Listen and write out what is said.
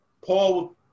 Paul